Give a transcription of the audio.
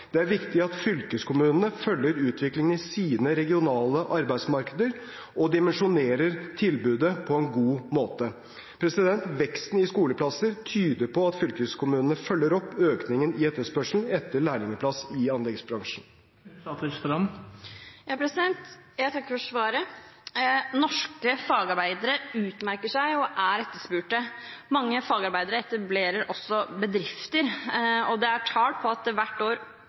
Det er viktig at fylkeskommunene følger utviklingen i sine regionale arbeidsmarkeder og dimensjonerer tilbudet på en god måte. Veksten i skoleplasser tyder på at fylkeskommunene følger opp økningen i etterspørselen etter lærlingplass i anleggsbransjen. Jeg takker for svaret. Norske fagarbeidere utmerker seg og er etterspurte. Mange fagarbeidere etablerer også bedrifter, og det er tall på at det hvert år